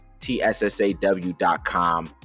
tssaw.com